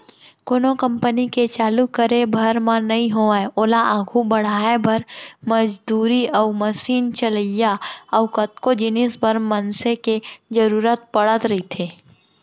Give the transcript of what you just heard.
कोनो कंपनी के चालू करे भर म नइ होवय ओला आघू बड़हाय बर, मजदूरी अउ मसीन चलइया अउ कतको जिनिस बर मनसे के जरुरत पड़त रहिथे